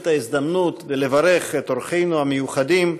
את ההזדמנות ולברך את אורחינו המיוחדים.